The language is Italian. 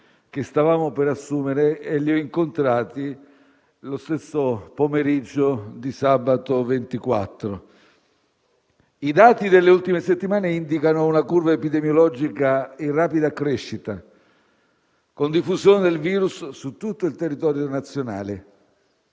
che stavamo per assumere e li ho incontrati lo stesso pomeriggio di sabato 24. I dati delle ultime settimane indicano una curva epidemiologica in rapida crescita, con diffusione del virus su tutto il territorio nazionale.